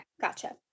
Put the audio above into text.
Gotcha